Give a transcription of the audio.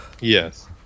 yes